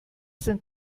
sind